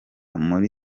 muri